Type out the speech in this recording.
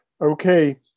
Okay